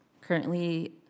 currently